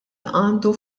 għandu